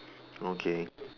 okay